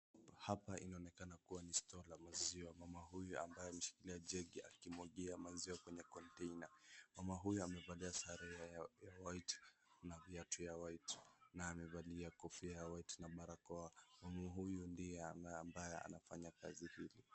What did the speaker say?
Hapa inaonekana kuwa ni store la maziwa, mama huyu ambaye ameshikilia jegi akimwagia maziwa kwenye container , mama huyu amevalia sare ya white na viatu ya white , na amevalia kofia ya white na barakoa, mama huyu ndiye ambaye anafanya kazi hili.